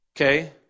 Okay